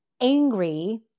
angry